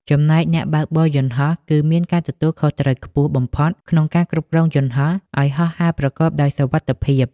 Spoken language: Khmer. ចំណែកអ្នកបើកបរយន្តហោះ គឺមានការទទួលខុសត្រូវខ្ពស់បំផុតក្នុងការគ្រប់គ្រងយន្តហោះឲ្យហោះហើរប្រកបដោយសុវត្ថិភាព។